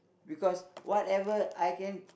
because whatever I can